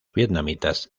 vietnamitas